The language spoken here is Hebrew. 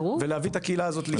ולהביא את הקהילה הזו לישראל.